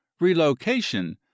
relocation